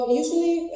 usually